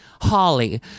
Holly